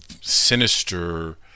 sinister